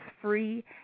free